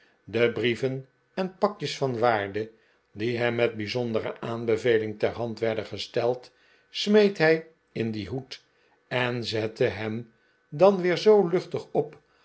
de brieven en pakjes van waarde die hem met bijzondere aanbeveling ter hand werden gesteld smeet hij in dien hoed en zette hem dan weer zoo luchtig op